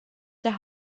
der